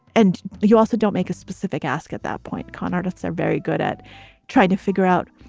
and you also don't make a specific ask at that point. con artists are very good at trying to figure out.